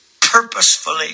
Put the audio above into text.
purposefully